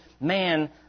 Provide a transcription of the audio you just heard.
man